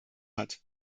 hat